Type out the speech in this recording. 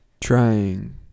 Trying